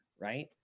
right